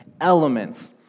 Elements